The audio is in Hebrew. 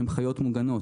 שהם חיות מוגנות,